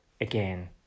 again